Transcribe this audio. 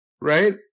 right